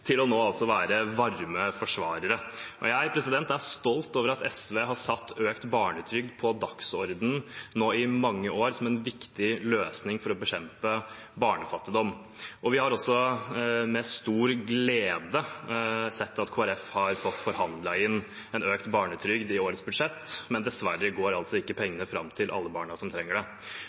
pengesløseri, til nå å være varme forsvarere. Jeg er stolt over at SV nå i mange år har satt økt barnetrygd på dagsordenen som en viktig løsning for å bekjempe barnefattigdom. Vi har også med stor glede sett at Kristelig Folkeparti har fått forhandlet inn en økt barnetrygd i årets budsjett, men dessverre når altså ikke pengene fram til alle barna som trenger dem. Det